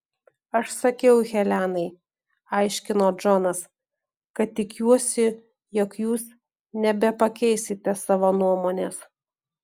aš sakiau helenai aiškino džonas kad tikiuosi jog jūs nebepakeisite savo nuomonės